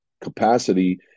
capacity